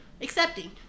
accepting